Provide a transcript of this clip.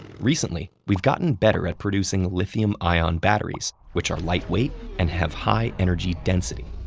recently, we've gotten better at producing lithium ion batteries, which are lightweight and have high-energy density.